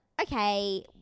Okay